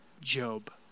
Job